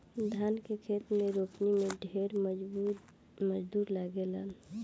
धान के खेत में रोपनी में ढेर मजूर लागेलन